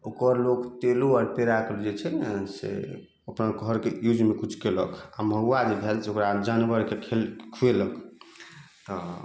ओकर लोक तेलो आर पेराइके जे छै ने से अपना घरके यूजमे किछु कएलक आओर महुआ जे भेल से ओकरा जानवरके खु खुएलक तऽ